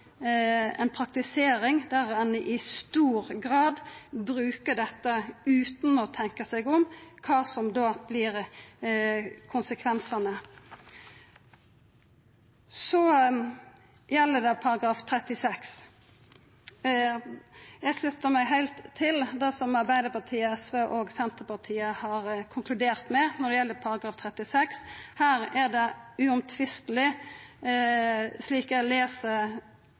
ein i stor grad brukar dette utan å tenkja på kva som vert konsekvensane. Så gjeld det § 36: Eg sluttar meg til det som Arbeidarpartiet, SV og Senterpartiet har konkludert med når det gjeld § 36. Her er det uomtvisteleg, slik eg les